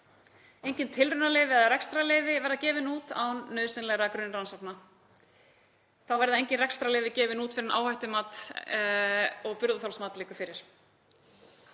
Engin tilraunaleyfi eða rekstrarleyfi verði gefin út án nauðsynlegra grunnrannsókna. Þá verða engin rekstrarleyfi gefin út fyrr en áhættumat og burðarþolsmat liggur fyrir.